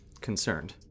concerned